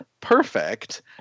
perfect